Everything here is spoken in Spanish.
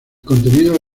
contenido